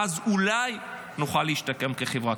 ואז אולי נוכל להשתקם כחברה,